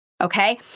okay